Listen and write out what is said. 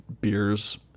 beers